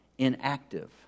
inactive